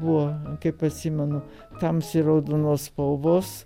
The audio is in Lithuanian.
buvo kaip atsimenu tamsiai raudonos spalvos